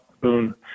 boom